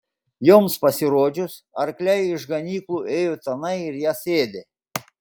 joms pasirodžius arkliai iš ganyklų ėjo tenai ir jas ėdė